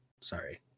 Sorry